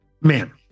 Man